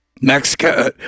Mexico